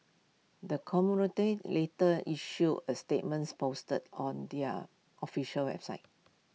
the conglomerate later issued A statements posted on their official website